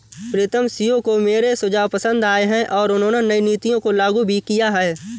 प्रीतम CEO को मेरे सुझाव पसंद आए हैं और उन्होंने नई नीतियों को लागू भी किया हैं